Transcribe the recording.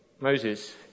Moses